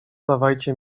dawajcie